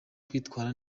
kwitwara